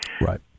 Right